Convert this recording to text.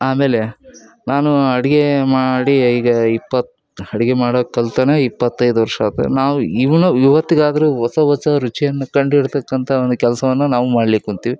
ಆಮೇಲೆ ನಾನು ಅಡುಗೆ ಮಾಡಿ ಈಗ ಇಪ್ಪತ್ತು ಅಡುಗೆ ಮಾಡೋದು ಕಲ್ತನೇ ಇಪ್ಪತ್ತೈದು ವರ್ಷ ಆತು ನಾವು ಇವನ್ನು ಇವತ್ತಿಗಾದರೂ ಹೊಸ ಹೊಸ ರುಚಿಯನ್ನು ಕಂಡು ಹಿಡಿತಕ್ಕಂಥ ಒಂದು ಕೆಲಸವನ್ನು ನಾವು ಮಾಡ್ಲಿಕ್ಕೆ ಕುಂತೀವಿ